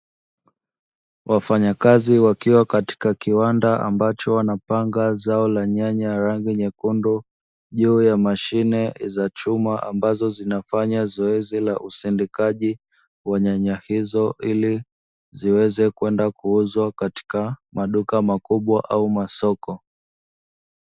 Wafanya kazi wakiwa katika kiwanda ambacho wanapanga zao la nyanya la rangi nyekundu juu ya mashine za chuma ambazo zinafanya zoezi la usindikaji wa nyanya hizo ili ziweze kwenda kuuzwa katika maduka makubwa au masoko.